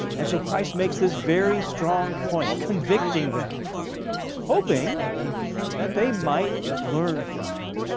and so christ makes this very strong point convicting them hoping that they might learn from it.